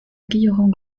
guilherand